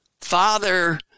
Father